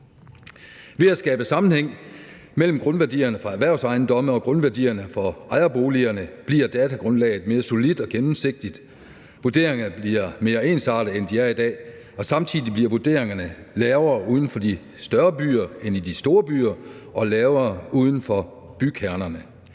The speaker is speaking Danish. Ved at skabe sammenhæng mellem grundværdierne for erhvervsejendomme og grundværdierne for ejerboliger bliver datagrundlaget mere solidt og gennemsigtigt, vurderingerne bliver mere ensartede, end de er i dag, og samtidig bliver vurderingerne lavere uden for de større byer end i de store byer og lavere uden for bykernerne.